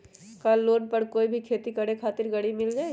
का लोन पर कोई भी खेती करें खातिर गरी मिल जाइ?